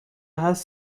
هست